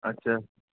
اچھا